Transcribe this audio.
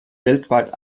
weltweit